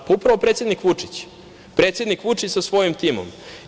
Pa, upravo predsednik Vučić, predsednik Vučić sa svojim timom.